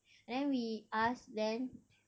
and then we ask then